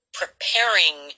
preparing